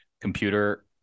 computer